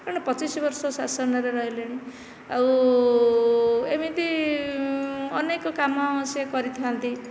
ମାନେ ପଚିଶ ବର୍ଷ ଶାସନରେ ରହିଲେଣି ଆଉ ଏମିତି ଅନେକ କାମ ସେ କରିଥାନ୍ତି